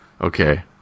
Okay